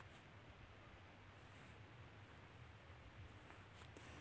ऋण के लिए हम कैसे आवेदन कर सकते हैं क्या प्रक्रिया है?